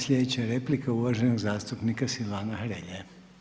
Slijedeća replika uvaženog zastupnika Silvana Hrelje.